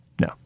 No